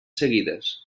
seguides